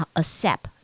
accept